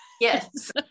Yes